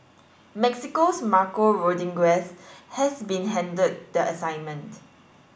Mexico's Marco Rodriguez has been handed the assignment